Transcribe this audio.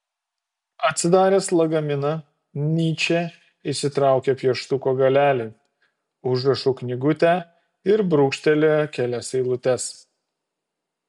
atsidaręs lagaminą nyčė išsitraukė pieštuko galelį užrašų knygutę ir brūkštelėjo kelias eilutes